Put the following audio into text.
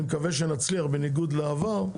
אני מקווה שנצליח, בניגוד לעבר,